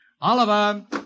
Oliver